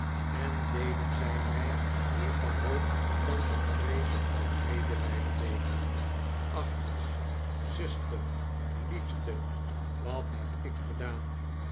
en deden zij mij meer van hoop dan van vrees of medelijden beven agnes zuster liefste wat heb ik gedaan